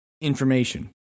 information